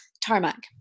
tarmac